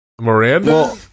Miranda